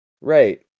Right